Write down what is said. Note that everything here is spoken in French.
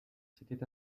s’était